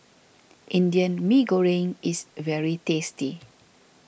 Indian Mee Goreng is very tasty